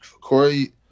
Corey